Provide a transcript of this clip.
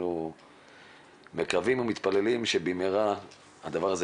שאנחנו מקווים ומתפללים שבמהרה הדבר הזה